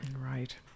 Right